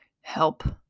help